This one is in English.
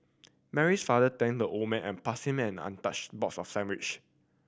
Mary's father thanked the old man and passed him an untouched box of sandwich